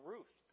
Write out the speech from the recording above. Ruth